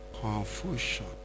Confusion